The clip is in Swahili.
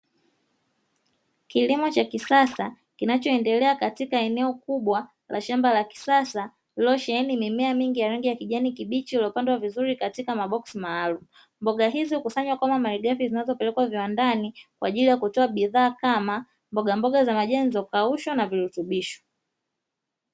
Kilimo cha kisasa kinachoendelea katika eneo kubwa la shamba la kisasa, lililosheheni mimea mingi ya rangi ya kijani kibichi iliyopandwa vizuri katika maboksi maalumu. Mboga hizi hukusanywa kama malighafi zinazopelekwa viwandani, kwa ajili ya kutoa bidhaa kama; mbogamboga za majani zilizokaushwa na virutubisho.